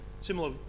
similar